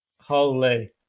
Holy